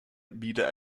wieder